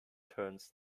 turns